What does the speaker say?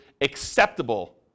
acceptable